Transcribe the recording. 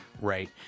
Right